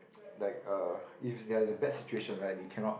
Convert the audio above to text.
ppo like uh if it's they are in a bad situation right they cannot